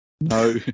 no